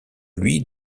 lui